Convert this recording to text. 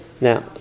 Now